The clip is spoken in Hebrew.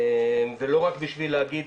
ולא רק בשביל להגיד